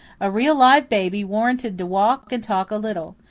a real live baby, warranted to walk and talk a little.